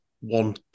one